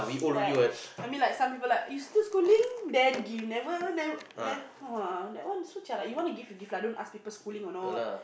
like I mean like some people like you still schooling then give you never never orh that one so jialat you want to give you give lah don't ask people they still schooling or not